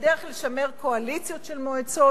בדרך לשמר קואליציות של מועצות?